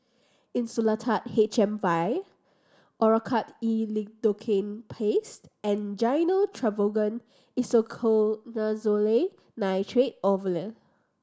Insulatard H M Vial Oracort E Lidocaine Paste and Gyno Travogen Isoconazole Nitrate Ovule